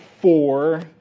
four